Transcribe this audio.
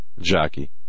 Jackie